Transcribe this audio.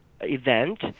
event